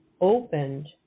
opened